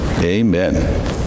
Amen